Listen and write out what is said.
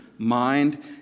Mind